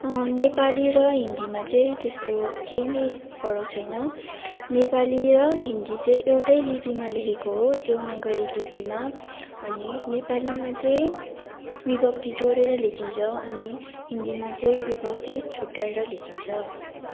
नेपाली र हिन्दीमा चाहिँ त्यस्तो केही नि फरक छैन नेपाली र हिन्दी चाहिँ एउटै लिपिमा लेखेको हो देवनागरी लिपिमा अनि नेपालीमा चाहिँ विभक्ति जोडेर लेखिन्छ अनि हिन्दीमा चाहिँ विभक्ति छुट्ट्याएर लेखिन्छ